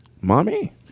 Mommy